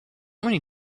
many